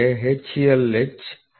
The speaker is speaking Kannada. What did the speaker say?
H ಅಥವಾ L